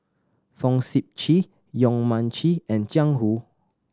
Fong Sip Chee Yong Mun Chee and Jiang Hu